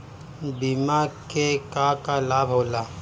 बिमा के का का लाभ होला?